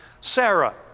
Sarah